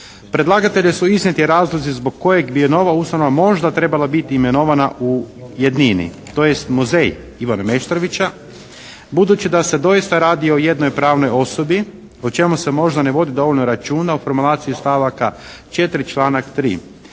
Predlagatelju su iznijeti razlozi zbog kojeg bi i nova …/Govornik se ne razumije./… možda trebala biti imenovana u jednini, tj. muzej "Ivana Meštrovića" budući da se doista radi o jednoj pravnoj osobi o čemu se možda ne vodi dovoljno računa u formulaciji stavaka 4. članak 3.